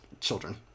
children